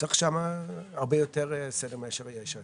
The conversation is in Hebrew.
זאת אומרת, צריך שם הרבה יותר סדר מאשר יש שם.